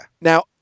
Now